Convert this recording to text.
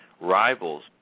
rivals